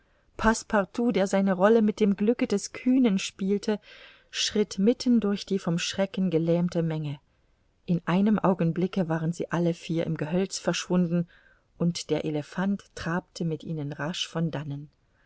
passepartout der seine rolle mit dem glücke des kühnen spielte schritt mitten durch die vom schrecken gelähmte menge in einem augenblicke waren sie alle vier im gehölz verschwunden und der elephant trabte mit ihnen rasch von dannen